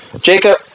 Jacob